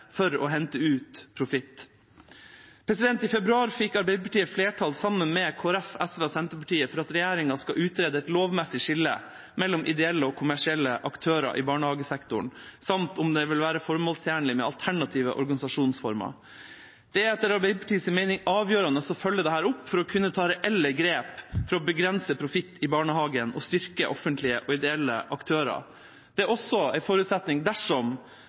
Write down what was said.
for å hente ut profitt. I februar fikk Arbeiderpartiet, sammen med Kristelig Folkeparti, SV og Senterpartiet, flertall for at regjeringa skal utrede et lovmessig skille mellom ideelle og kommersielle aktører i barnehagesektoren samt om det vil være formålstjenlig med alternative organisasjonsformer. Det er etter Arbeiderpartiets mening avgjørende å følge dette opp for å kunne ta reelle grep for å begrense profitt i barnehagene og styrke offentlige og ideelle aktører. Det er også en forutsetning, dersom